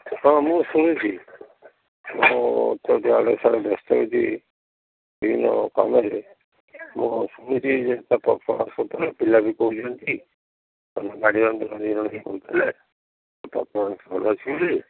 ହଁ ମୁଁ ଶୁଣିଛି ମୁଁ ମୁଁ ଅଛନ୍ତି ଆଡ଼େ ସାଡ଼େ ବ୍ୟସ୍ତ ହେଇକି ୟେ କାମରେ ମୁଁ ଶୁଣୁଛି ପିଲା ବି କହୁଛନ୍ତି ଗାର୍ଡିଆନ୍ ଜଣେ କେହି କହୁଥିଲେ ଭଲ ଅଛି ବୋଲି